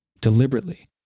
deliberately